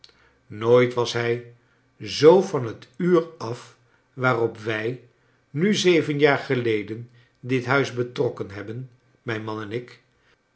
nooit was hij zoo van het imr af waarop wij nu zeven jaar geleden dit huis betrokken hebben mijn man en ik